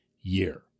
year